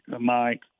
Mike